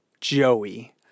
Joey